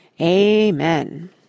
Amen